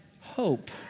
hope